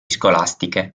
scolastiche